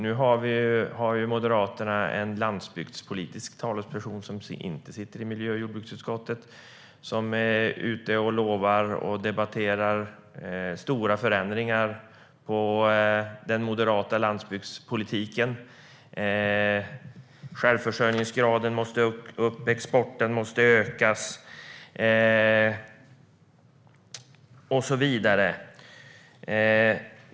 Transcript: Nu har Moderaterna en landsbygdspolitisk talesperson som inte sitter i miljö och jordbruksutskottet men som är ute och lovar och debatterar stora förändringar i den moderata landsbygdspolitiken - att självförsörjningsgraden måste upp, exporten ökas och så vidare.